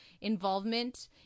involvement